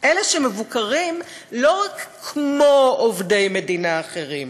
אלה שמבוקרים לא רק כמו עובדי מדינה אחרים,